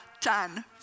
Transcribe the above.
done